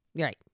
Right